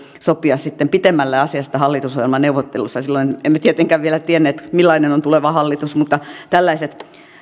sopimaan sitten pitemmälle asiasta hallitusohjelmaneuvotteluissa silloin emme tietenkään vielä tienneet millainen on tuleva hallitus mutta tällaiset